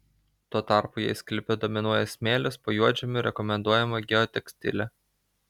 tuo tarpu jei sklype dominuoja smėlis po juodžemiu rekomenduojama geotekstilė